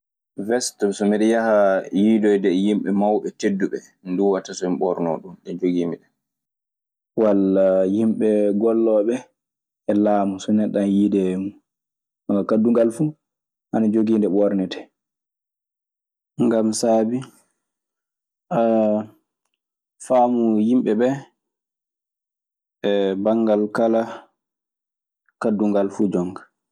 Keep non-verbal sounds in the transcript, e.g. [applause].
Westu so miɗe yahaa yiidoyde e yimɓe mawɓe dedduɓe ɗum watta so mi ɓornoo ɗum. Hedde yimɓe ɗe walla yimɓe gollooɓe e laamu so neɗɗo ana yiyda e mun. [hesitation] kaddungal fuu ana jogii nde ɓoornetee. Ngam saabi [hesitation] faamu yimɓe ɓee banngal kala kaddungal fu jonka.